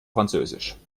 französisch